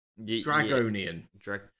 dragonian